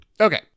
Okay